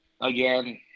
again